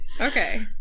Okay